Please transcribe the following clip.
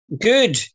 Good